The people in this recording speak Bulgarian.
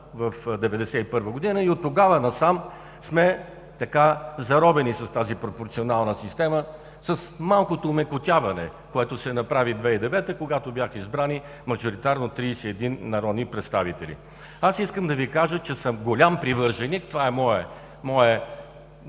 в 1991 г. и оттогава насам сме заробени с тази пропорционална система с малкото омекотяване, което се направи 2009 г., когато бяха избрани мажоритарно 31 народни представители. Искам да Ви кажа, че съм голям привърженик, това е мое